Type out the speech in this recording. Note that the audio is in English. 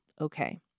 okay